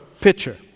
pitcher